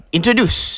Introduce